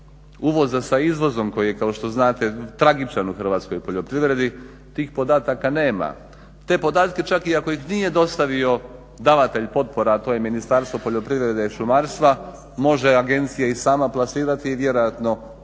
uvoza sa izvozom koji je kao što znate tragičan u hrvatskoj poljoprivredi, tih podataka nema. Te podatke čak i ako ih nije dostavio davatelj potpora, a to je Ministarstvo poljoprivrede i šumarstva može agencija i sama plasirati i vjerojatno postoje